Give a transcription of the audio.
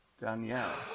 Danielle